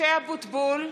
קריאה >> (קוראת בשמות חברי הכנסת) משה אבוטבול,